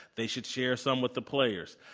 they should share some with the players.